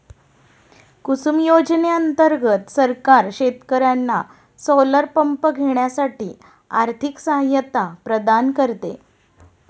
कुसुम योजने अंतर्गत सरकार शेतकर्यांना सोलर पंप घेण्यासाठी आर्थिक सहायता प्रदान करते